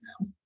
now